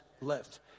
left